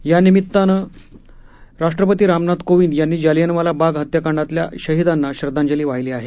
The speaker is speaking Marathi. यानिमित्तानं राष्ट्रपती रामनाथ कोविंद यांनी जालियनवाला बाग हत्याकांडातल्या शहीदांना श्रद्धांजली वाहिली आहे